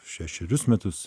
šešerius metus